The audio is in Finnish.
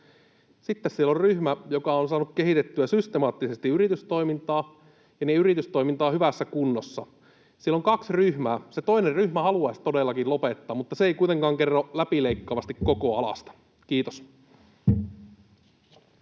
Sitten siellä on ryhmä, joka on saanut kehitettyä systemaattisesti yritystoimintaa, ja sen yritystoiminta on hyvässä kunnossa. Siellä on kaksi ryhmää, ja se toinen ryhmä haluaisi todellakin lopettaa, mutta se ei kuitenkaan kerro läpileikkaavasti koko alasta. — Kiitos.